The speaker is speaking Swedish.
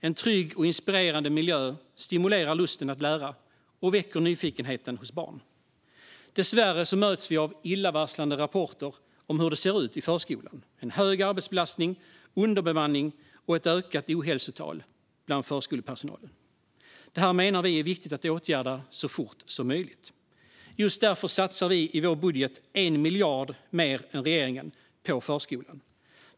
En trygg och inspirerande miljö stimulerar lusten att lära och väcker nyfikenheten hos barn. Dessvärre möts vi av illavarslande rapporter om hur det ser ut i förskolan: hög arbetsbelastning, underbemanning och ett ökat ohälsotal bland förskolepersonalen. Detta menar vi är viktigt att åtgärda så fort som möjligt. Just därför satsar vi i vår budget 1 miljard mer än regeringen på förskolan.